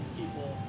people